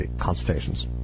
consultations